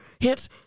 Hence